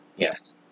Yes